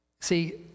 See